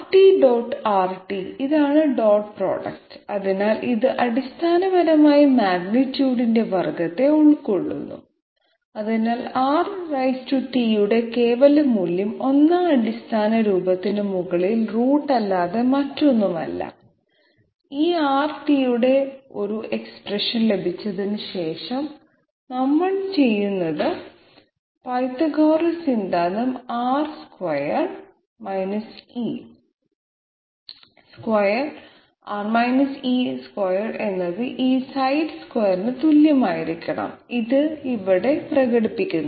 Rt ഇതാണ് dot product അതിനാൽ ഇത് അടിസ്ഥാനപരമായി മാഗ്നിറ്റ്യൂഡിന്റെ വർഗ്ഗത്തെ ഉൾക്കൊള്ളുന്നു അതിനാൽ Rt യുടെ കേവല മൂല്യം ഒന്നാം അടിസ്ഥാന രൂപത്തിന് മുകളിൽ റൂട്ട് അല്ലാതെ മറ്റൊന്നുമല്ല ഈ Rt യുടെ ഒരു എക്സ്പ്രഷൻ ലഭിച്ചതിന് ശേഷം നമ്മൾ ചെയ്യുന്നത് പൈതഗോറസ് സിദ്ധാന്തം R square R - e square എന്നത് ഈ സൈഡ് സ്ക്വയറിന് തുല്യമായിരിക്കണം ഇത് ഇവിടെ പ്രകടിപ്പിക്കുന്നു